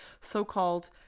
so-called